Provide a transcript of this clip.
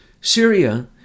Syria